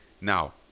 Now